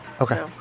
Okay